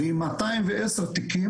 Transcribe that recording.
ועם 210 תיקים,